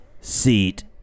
Seat